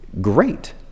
great